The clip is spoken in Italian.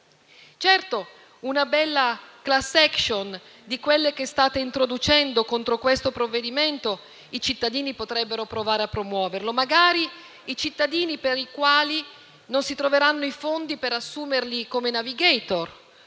Certo, una bella *class action* di quelle che state introducendo con questo provvedimento i cittadini potrebbero provare a promuoverla, magari i cittadini per i quali non si troveranno i fondi per assumerli come *navigator*